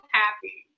happy